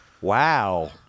Wow